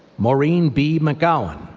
maureen b. mcgowan,